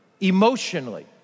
emotionally